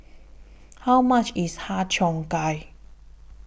How much IS Har Cheong Gai